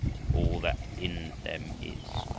and all that in them is.